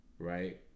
right